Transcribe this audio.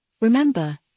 Remember